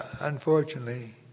unfortunately